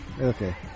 Okay